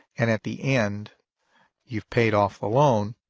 and at the end you've paid off the loan.